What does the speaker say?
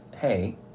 hey